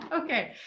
Okay